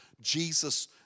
Jesus